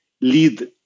lead